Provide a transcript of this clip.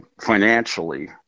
financially